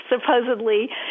supposedly